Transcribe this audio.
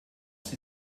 sie